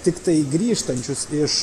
tiktai grįžtančius iš